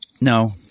No